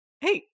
hey